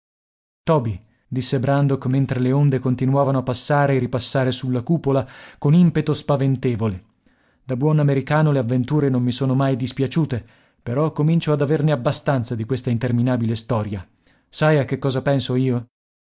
toby disse brandok mentre le onde continuavano a passare e ripassare sulla cupola con impeto spaventevole da buon americano le avventure non mi sono mai dispiaciute però comincio ad averne abbastanza di questa interminabile storia sai a che cosa penso io